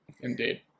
Indeed